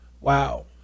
wow